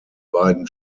beiden